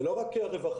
זה לא רק רווחה.